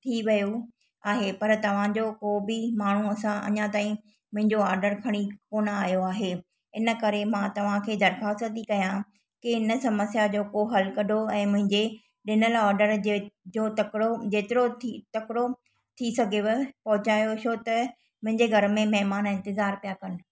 थी वियो आहे पर तव्हांजो को बि माण्हूं असां अञा ताईं मुंहिंजो ऑडर खणी कोन आयो आहे इन करे मां तव्हां खे दरख़्वास्त थी कयां के इन समस्या जो को हलु कढो ऐं मुंहिंजे ॾिनल ऑडर जे जो तकिड़ो जेतिरो थी तकिड़ो थी सघेव पहुचायो छो त मुंहिंजे घर में महिमान इंतिज़ारु पिया कनि